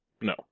No